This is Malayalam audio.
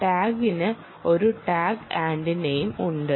ടാഗിന് ഒരു ടാഗ് ആന്റിനയും ഉണ്ട്